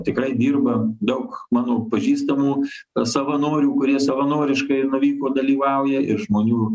tikrai dirba daug mano pažįstamų savanorių kurie savanoriškai nuvyko dalyvauja ir žmonių